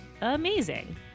amazing